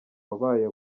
wabaye